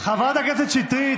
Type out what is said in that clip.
חברת הכנסת שטרית,